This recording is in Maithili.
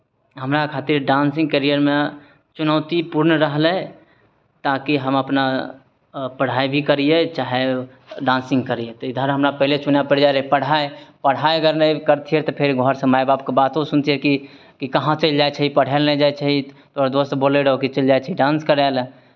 हमरा खातिर डान्सिंग कैरियरमे चुनौतीपूर्ण रहलै ताकि हम अपना पढ़ाइ भी करियै चाहे डान्सिंग करियै तऽ इधर हमरा पहिले चुनय पड़ि जाइ रहय पढ़ाइ पढ़ाइ अगर नहि करितियै तऽ फेर घरसँ माय बापके बातो सुनतियै कि कि कहाँ चलि जाइ छै पढ़य लए नहि जाइ छै तोहर दोस्त बोलैत रहौ कि चलि जाइ छिही डान्स करय लेल